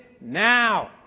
now